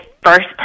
first